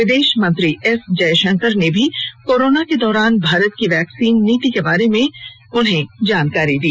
विदेश मंत्री एस जयशंकर ने भी कोरोना के दौरान भारत की वैक्सीन नीति के बारे में जानकारी दी